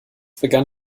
begann